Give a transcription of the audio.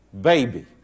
baby